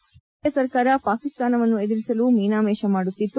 ಹಿಂದಿನ ಯುಪಿಎ ಸರ್ಕಾರ ಪಾಕಿಸ್ತಾನವನ್ನು ಎದುರಿಸಲು ಮೀನಾಮೇಷ ಮಾಡುತ್ತಿತ್ತು